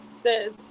says